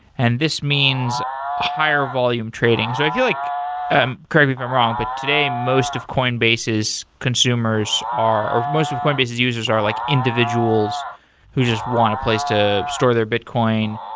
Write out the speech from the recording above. and this means higher volume trading. so if you're like correct me if i'm wrong, but today, most of coinbase's consumers are most of coinbase's users are like individuals who just want a place to store their bitcoin,